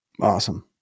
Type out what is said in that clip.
Awesome